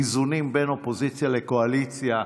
איזונים בין אופוזיציה לקואליציה,